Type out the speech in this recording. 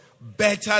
Better